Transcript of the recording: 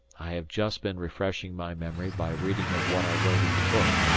i have just been refreshing my memory by reading of what i wrote in the book,